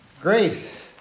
Grace